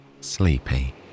sleepy